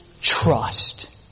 trust